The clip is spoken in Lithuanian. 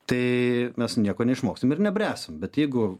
tai mes nieko neišmoksim ir nebręsim bet jeigu